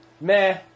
Meh